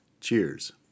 Cheers